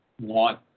want